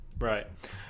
Right